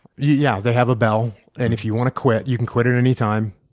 yeah yeah they have a bell, and if you want to quit, you can quit at any time.